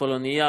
פולנייה,